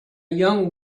young